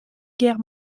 guerre